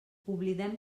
oblidem